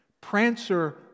Prancer